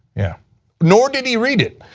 yeah nor did he read it.